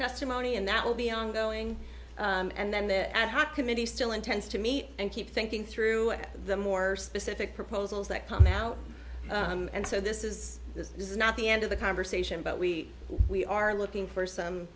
testimony and that will be ongoing and then the ad hoc committee still intends to meet and keep thinking through the more specific proposals that come out and so this is this is not the end of the conversation but we we are looking for some